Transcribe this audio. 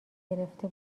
گرفته